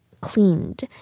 cleaned